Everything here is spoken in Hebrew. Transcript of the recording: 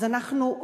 אז אנחנו,